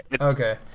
Okay